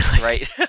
right